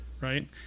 right